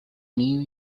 new